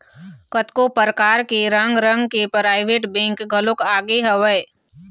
कतको परकार के रंग रंग के पराइवेंट बेंक घलोक आगे हवय